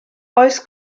oes